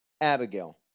Abigail